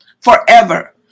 forever